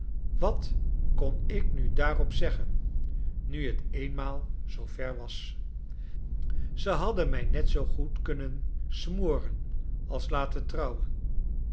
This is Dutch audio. wat kon ik nu daarop zeggen nu t eenmaal zoo ver was ze hadden mij net zoo goed kunnen smoren als laten trouwen